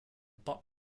bob